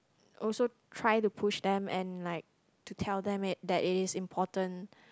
also try to push them and like to tell them it that it is important